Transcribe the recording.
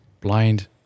blind